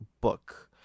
book